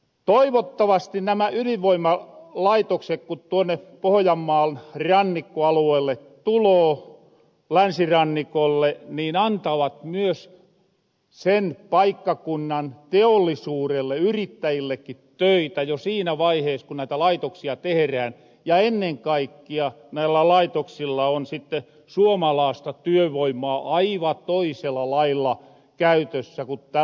toivottavasti nämä ydinvoimalaitokset ku tuonne pohjanmaan rannikkoalueelle tuloo länsirannikolle niin antavat myös sen paikkakunnan teollisuurelle yrittäjillekki töitä jo siinä vaihees ku näitä laitoksia teherään ja ennen kaikkia näillä laitoksilla on sitte suomalaasta työvoimaa aiva toisella lailla käytössä kuin tällä hetkellä on olkiluodossa